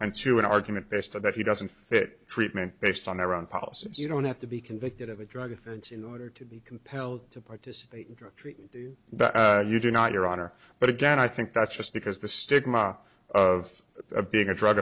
and to an argument based on that he doesn't fit treatment based on their own policy you don't have to be convicted of a drug offense in order to be compelled to participate in drug treatment that you do not your honor but again i think that's just because the stigma of being a drug